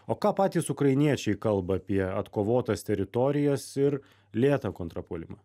o ką patys ukrainiečiai kalba apie atkovotas teritorijas ir lėtą kontrapuolimą